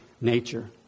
nature